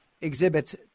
exhibits